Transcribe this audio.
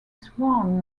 sworn